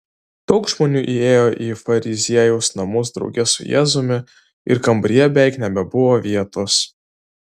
daug žmonių įėjo į fariziejaus namus drauge su jėzumi ir kambaryje beveik nebebuvo vietos